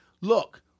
look